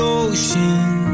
ocean